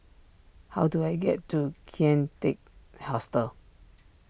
how do I get to Kian Teck Hostel